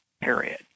period